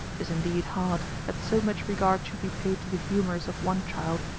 tis indeed hard, that so much regard should be paid to the humours of one child,